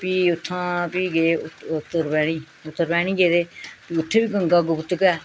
फ्ही उत्थुआं फ्ही गे उत्तरबैह्नी उत्तरबैह्नी गेदे उत्थें बी गंगा गुप्त गै